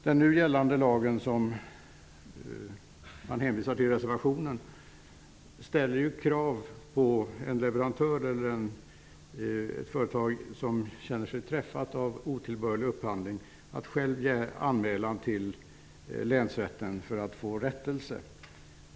Den nu gällande lag som det hänvisas till i reservationen ställer kravet att ett företag, som känner sig träffat av otillbörlig upphandling, självt skall avlämna en anmälan till länsrätten för rättelse.